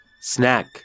Snack